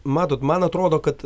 matot man atrodo kad